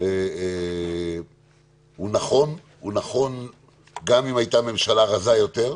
הוא נכון גם אם הייתה ממשלה רזה יותר,